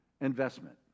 investment